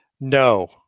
No